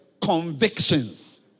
Convictions